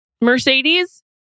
Mercedes